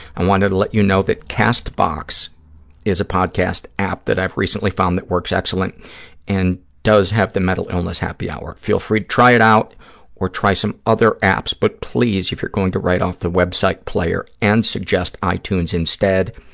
i wanted to let you know that castbox is a podcast app that i've recently found that works excellent and does have the mental illness happy hour. feel free to try it out or try some other apps, but please, if you're going to write off the web site player and suggest itunes instead,